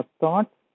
thoughts